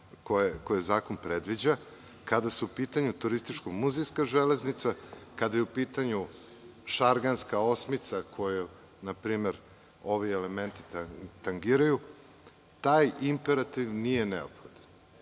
koje zakon predviđa, kada su u pitanju turističko-muzejska, kada je u pitanju „Šarganska osmica“, koju ovi elementi tangiraju, taj imperativ nije neophodan.